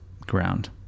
ground